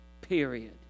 Period